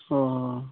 অঁ